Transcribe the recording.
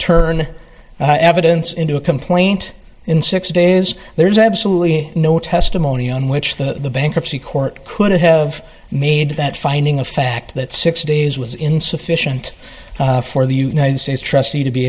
turn evidence into a complaint in six days there is absolutely no testimony on which the bankruptcy court could have made that finding a fact that six days was insufficient for the united states t